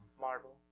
Marble